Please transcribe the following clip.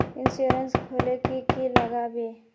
Insurance खोले की की लगाबे?